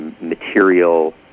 material